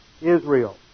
Israel